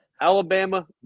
Alabama